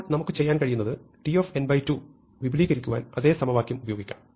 ഇപ്പോൾ നമുക്ക് ചെയ്യാൻ കഴിയുന്നത് tn2 വിപുലീകരിക്കാൻ അതേ സമവാക്യം ഉപയോഗിക്കാം